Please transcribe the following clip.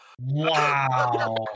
Wow